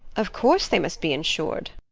of course they must be insured.